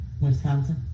Wisconsin